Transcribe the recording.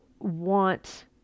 Want